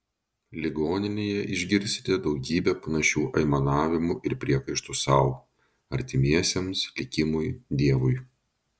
ligoninėje išgirsite daugybę panašių aimanavimų ir priekaištų sau artimiesiems likimui dievui